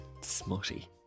smutty